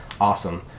awesome